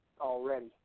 already